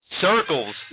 circles